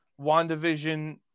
WandaVision